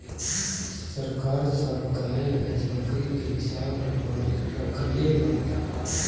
सरकार सब गाय, भैंस, बकरी के हिसाब रक्खले बा